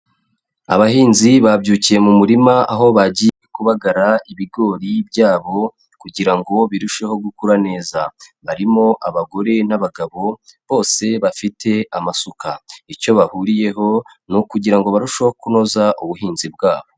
Abahinzi babyukiye mu murima aho bagiye kubagara ibigori byabo kugira ngo birusheho gukura neza, barimo abagore n'abagabo bose bafite amasuka, icyo bahuriyeho ni ukugira ngo barusheho kunoza ubuhinzi bwabo.